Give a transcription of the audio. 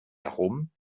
darum